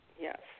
yes